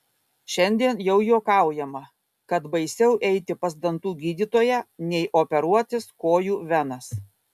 šiandien jau juokaujama kad baisiau eiti pas dantų gydytoją nei operuotis kojų venas